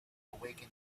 awaken